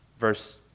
verse